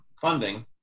funding